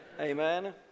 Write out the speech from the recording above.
Amen